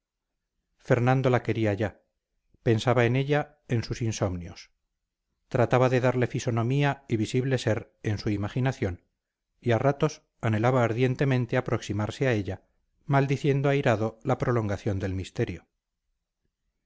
fernando la quería ya pensaba en ella en sus insomnios trataba de darle fisonomía y visible ser en su imaginación y a ratos anhelaba ardientemente aproximarse a ella maldiciendo airado la prolongación del misterio